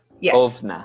Yes